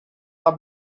are